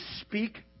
speak